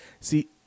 See